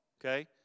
okay